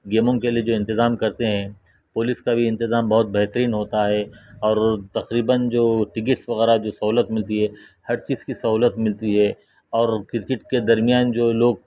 گیموں کے لیے جو انتظام کرتے ہیں پولیس کا بھی انتظام بہت بہترین ہوتا ہے اور تقریباً جو ٹکٹس وغیرہ جو سہولت ملتی ہے ہر چیز کی سہولت ملتی ہے اور کرکٹ کے درمیان جو لوگ